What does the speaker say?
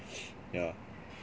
yeah